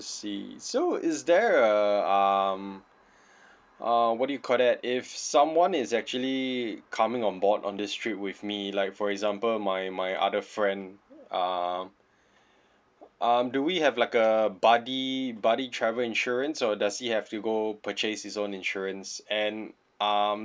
see so is there a um uh what do you call that if someone is actually coming on board on this trip with me like for example my my other friend uh um do we have like a buddy buddy travel insurance or does he have to go purchase his own insurance and um